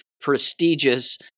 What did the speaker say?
prestigious